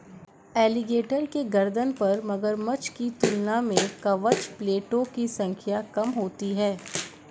alligator के गर्दन पर मगरमच्छ की तुलना में कवच प्लेटो की संख्या कम होती है